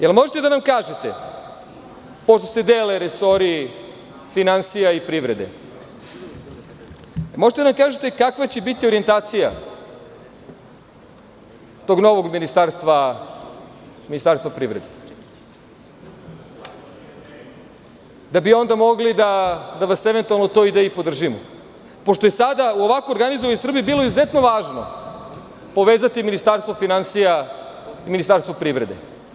Da li možete da nam kažete, pošto se dele resori finansija i privrede, kakva će biti orijentacija tog novog ministarstva privrede, da bi onda mogli eventualno to i da podržimo, pošto je sada u ovako organizovanoj Srbiji bilo izuzetno važno povezati Ministarstvo finansija i Ministarstvo privrede.